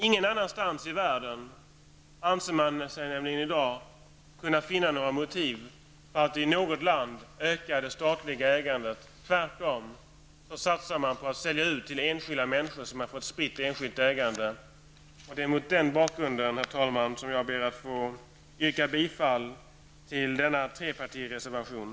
Ingen annanstans i världen anser man sig nämligen i dag kunna finna några motiv för att i något land öka det statliga ägandet. Man satsar i stället på att sälja ut till enskilda människor så att man får ett spritt enskilt ägande. Herr talman! Mot denna bakgrund ber jag att få yrka bifall till denna trepartireservation.